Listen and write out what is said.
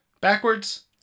backwards